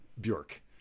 Bjork